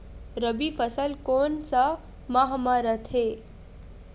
रबी फसल कोन सा माह म रथे?